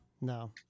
no